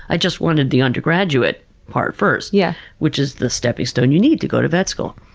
i just wanted the undergraduate part first, yeah which is the stepping stone you need to go to vet school.